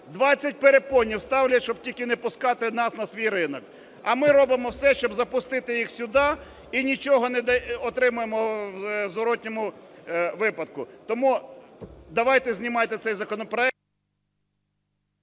20 перепонів ставлять, щоб тільки не пускати нас на свій ринок. А ми робимо все, щоб запустити їх сюди, і нічого не отримуємо у зворотному випадку. Тому давайте знімайте цей законопроект…